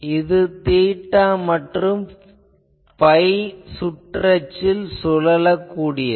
இது தீட்டா மற்றும் phi சுற்றச்சில் சுழலக் கூடியது